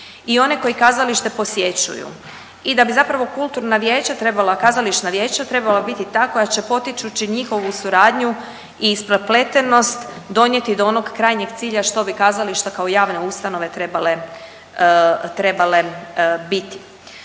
i oni koji kazalište posjećuju i da bi zapravo kulturna vijeća trebala, kazališna vijeća trebala biti ta koja će potičući njihovu suradnju i isprepletenost donijeti do onog krajnjeg cilja što bi kazalište kao javne ustanove trebale,